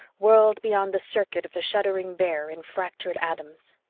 whirled beyond the circuit of the shuddering bear in fractured atoms.